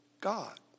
God